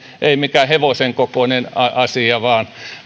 ei mikään hevosen kokoinen asia vaan